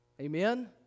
Amen